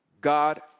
God